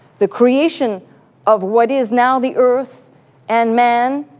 the creation of what is now the earth and man,